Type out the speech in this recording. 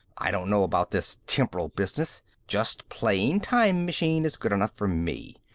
i don't know about this temporal business. just plain time machine is good enough for me.